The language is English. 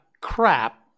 crap